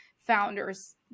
founders